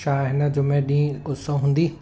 छा हिन जुमें ॾींहुं उसु हूंदी